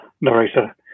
narrator